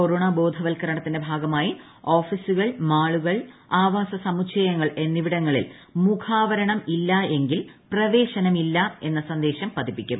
corona ബോധവൽക്കരണത്തിന്റെ ഭാഗമായി ഓഫീസുകൾ മാളുകൾ ആവാസ സമുച്ചയങ്ങൾ എന്നിവിടങ്ങളിൽ മുഖാവരണം ഇല്ല എങ്കിൽ പ്രവേശനം ഇല്ല എന്ന സന്ദേശം പതിപ്പിക്കും